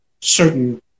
certain